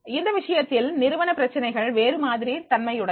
இந்த விஷயத்தில் நிறுவன பிரச்சனைகள் வேறுமாதிரி தன்மையுடையன